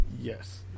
Yes